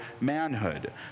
manhood